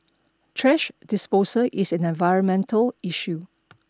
thrash disposal is an environmental issue